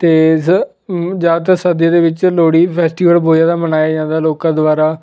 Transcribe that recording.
ਅਤੇ ਜ਼ ਜ਼ਿਆਦਾਤਰ ਸਰਦੀਆਂ ਦੇ ਵਿੱਚ ਲੋਹੜੀ ਫੈਸਟੀਵਲ ਬਹੁਤ ਜ਼ਿਆਦਾ ਮਨਾਇਆ ਜਾਂਦਾ ਲੋਕਾਂ ਦੁਆਰਾ